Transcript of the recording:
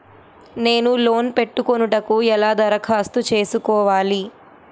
నేను లోన్ పెట్టుకొనుటకు ఎలా దరఖాస్తు చేసుకోవాలి?